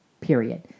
period